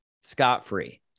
scot-free